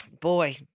boy